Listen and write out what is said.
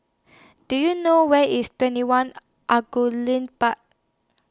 Do YOU know Where IS TwentyOne Angullia Park